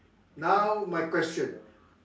now my question